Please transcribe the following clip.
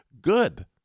good